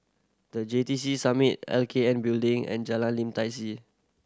The J T C Summit L K N Building and Jalan Lim Tai See